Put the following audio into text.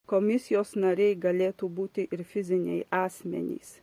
komisijos nariai galėtų būti ir fiziniai asmenys